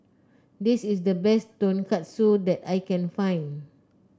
this is the best Tonkatsu that I can find